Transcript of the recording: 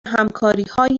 همکاریهای